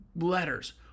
letters